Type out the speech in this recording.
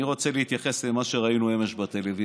אני רוצה להתייחס למה שראינו אמש בטלוויזיה.